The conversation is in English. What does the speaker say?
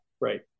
right